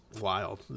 Wild